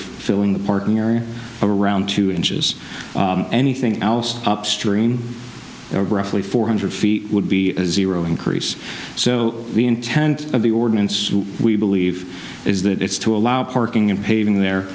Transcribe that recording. filling the parking area around two inches anything else upstream or abruptly four hundred feet would be zero increase so the intent of the ordinance we believe is that it's to allow parking and paving there